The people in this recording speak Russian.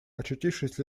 очутившись